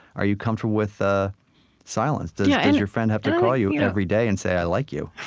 are you comfortable with ah silence? does yeah and your friend have to call you every day and say, i like you?